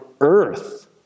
earth